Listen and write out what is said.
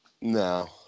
No